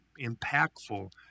impactful